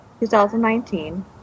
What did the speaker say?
2019